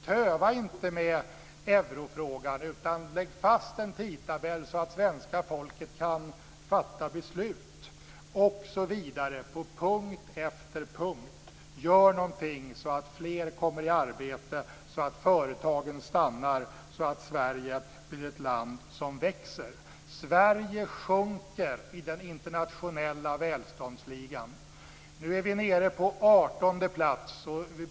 Töva inte med eurofrågan utan lägg fast en tidtabell så att svenska folket kan fatta beslut! Detta gäller på punkt efter punkt. Gör någonting så att fler kommer i arbete, så att företagen stannar kvar och så att Sverige blir ett land som växer! Sverige sjunker i den internationella välståndsligan. Nu är vi nere på 18:e plats.